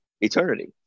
eternity